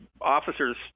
officers